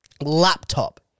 Laptop